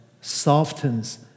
softens